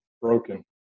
broken